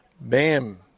bam